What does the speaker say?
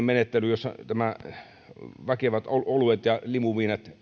menettelyyn jossa nämä väkevät oluet ja limuviinat